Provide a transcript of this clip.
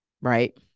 right